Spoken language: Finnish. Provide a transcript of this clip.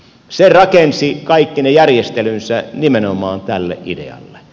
se rakensi kaikki ne järjestelynsä nimenomaan tälle idealle